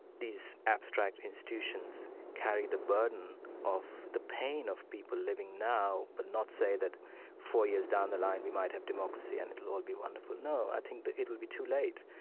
these abstract institutions carry the burden of the pain of people living now, but not say that four years down the line, we might have democracy and it'll all be wonderful. no, i think that it'll be too late.